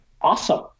awesome